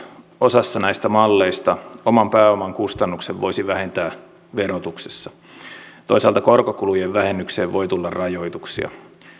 osassa näistä malleista oman pääoman kustannuksen voisi vähentää verotuksessa toisaalta korkokulujen vähennykseen voi tulla rajoituksia